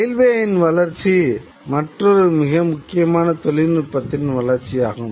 ரயில்வேயின் வளர்ச்சி மற்றொரு மிக முக்கியமான தொழில்நுட்பத்தின் வளர்ச்சியாகும்